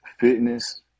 fitness